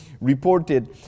reported